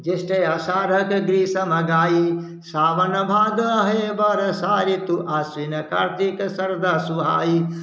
जेष्ठ आसाढ़ की ग्रीष्म गई सावन भादौ है वर्षा ऋतू सरदा सुहाई